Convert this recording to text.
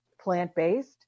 plant-based